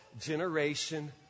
generation